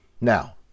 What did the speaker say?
Now